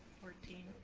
fourteen.